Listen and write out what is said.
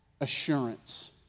Assurance